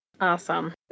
Awesome